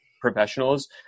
professionals